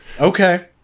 Okay